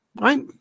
right